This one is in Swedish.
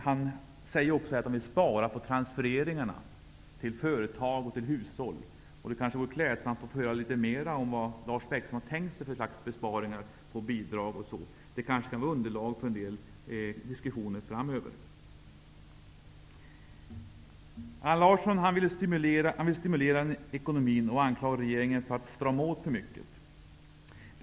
Han säger också att han vill spara på transfereringarna till företag och hushåll. Det kanske vore klädsamt om vi fick höra litet mer om vilka besparingar och bidrag Lars Bäckström har tänkt sig. Det kanske kan utgöra underlag för diskussioner framöver. Allan Larsson vill stimulera ekonomin och anklagar regeringen för att strama åt för mycket.